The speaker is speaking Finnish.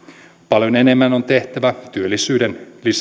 on että eivät paljon enemmän on tehtävä työllisyyden